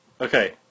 Okay